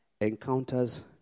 encounters